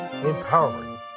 empowering